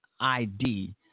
ID